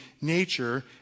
nature